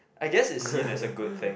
I guess it's seen as a good thing